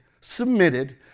submitted